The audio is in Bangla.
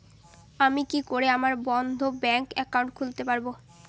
আমি কি করে আমার বন্ধ ব্যাংক একাউন্ট খুলতে পারবো?